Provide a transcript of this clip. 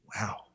Wow